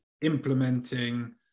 implementing